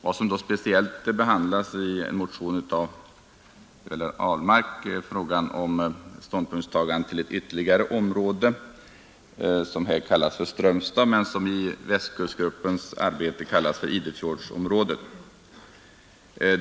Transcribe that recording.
I en motion av herr Ahlmark behandlas speciellt frågan om ståndpunktstagande till ett ytterligare område som här kallas för Strömstad men som i Västkustgruppens arbete kallas för Idefjordsområdet.